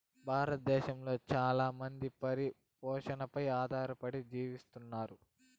భారతదేశంలో చానా మంది పశు పోషణపై ఆధారపడి జీవిస్తన్నారు